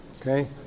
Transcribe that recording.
Okay